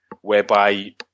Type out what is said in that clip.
whereby